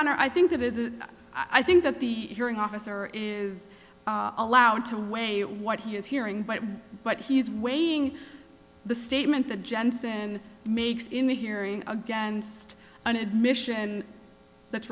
honor i think that is the i think that the hearing officer is allowed to weigh what he's hearing but what he's weighing the statement that jensen makes in the hearing against an admission that's